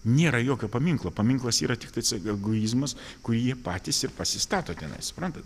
nėra jokio paminklo paminklas yra tiktais egoizmas kurį jie patys ir pasistato tenais suprantat